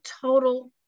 total